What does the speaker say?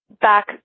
back